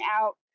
out